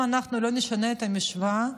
אם אנחנו לא נשנה את המשוואה,